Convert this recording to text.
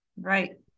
Right